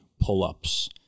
pull-ups